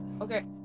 Okay